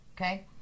okay